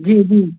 जी जी